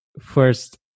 first